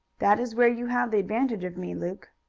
that is where you have the advantage of me, luke.